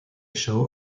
show